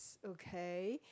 okay